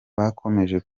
bakomeje